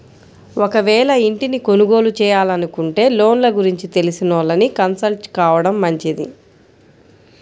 ఒకవేళ ఇంటిని కొనుగోలు చేయాలనుకుంటే లోన్ల గురించి తెలిసినోళ్ళని కన్సల్ట్ కావడం మంచిది